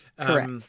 Correct